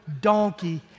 donkey